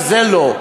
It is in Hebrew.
זה לא?